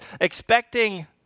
expecting